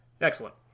Excellent